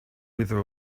wither